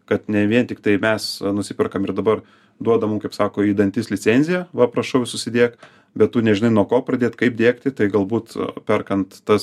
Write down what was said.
kad ne vien tiktai mes nusiperkam ir dabar duoda mum kaip sako į dantis licenziją va prašau ir susidiek bet tu nežinai nuo ko pradėt kaip diegti tai galbūt perkant tas